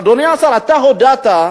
אדוני השר, אתה הודעת